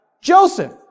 Joseph